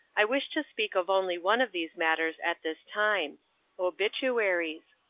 i wish to speak of only one of these matters at this time obituaries.